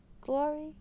Glory